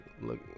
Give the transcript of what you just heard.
look